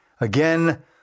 again